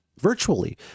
virtually